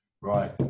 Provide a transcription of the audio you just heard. Right